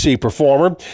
performer